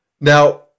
Now